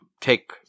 take